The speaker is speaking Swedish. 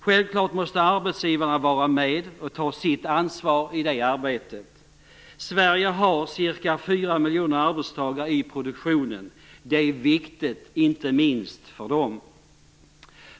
Självklart måste arbetsgivarna vara med och ta sitt ansvar i det arbetet. Sverige har ca 4 miljoner arbetstagare i produktionen. Det här är viktigt inte minst för dem.